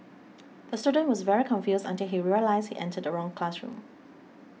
the student was very confused until he realised he entered the wrong classroom